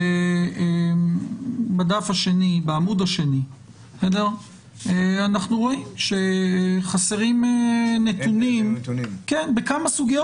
שבעמוד השני אנחנו רואים שחסרים נתונים בכמה סוגיות